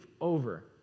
over